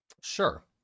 sure